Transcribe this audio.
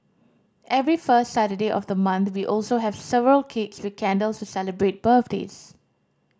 every first Saturday of the month we also have several cakes with candles to celebrate birthdays